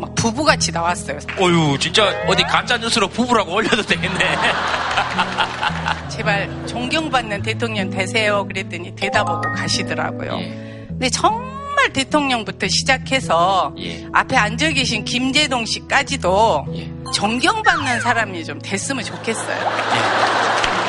막 부부같이 나왔어요. 어휴, 진짜 어디 가짜뉴스로 부부라고 올려도 되겠네. 제발 존경받는 대통령 되세요. 그랬더니 대답하고 가시더라고요. 예. 근데 정말 대통령부터 시작해서 예. 앞에 앉아계신 김재동 씨까지도 예. 존경받는 사람이 좀 됐으면 좋겠어요. 예.